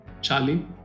Charlie